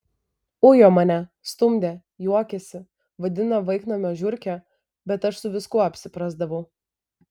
ujo mane stumdė juokėsi vadino vaiknamio žiurke bet aš su viskuo apsiprasdavau